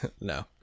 No